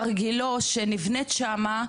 הר גילה שנבנה שם,